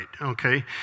okay